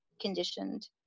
conditioned